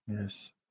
Yes